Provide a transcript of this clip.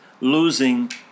losing